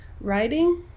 writing